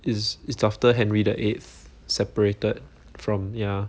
is is after henry the eighth separated from ya